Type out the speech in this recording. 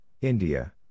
India